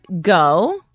go